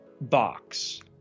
box